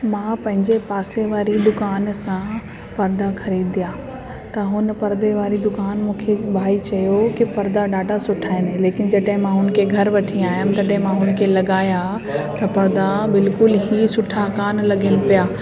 मां पंहिंजे पासे वारी दुकानु सां परदा ख़रीदिया त हुन परदे वारी दुकानु मूंखे भाई चयो की परदा ॾाढा सुठा आहिनि लेकिन जॾहिं मां हुनखे घर वठी आयमि तॾहिं मां हुनखे लॻाया त परदा बिल्कुलु ई सुठा कोन्ह लॻिया